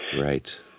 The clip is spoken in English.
Right